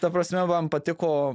ta prasme man patiko